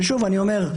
ושוב אני אומר: